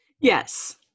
yes